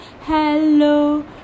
Hello